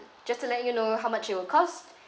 just to let you know how much it will cost